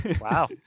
Wow